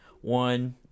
one